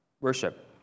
worship